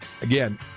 again